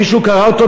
מישהו קרא אותו?